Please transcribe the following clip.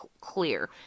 clear